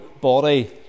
body